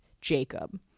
Jacob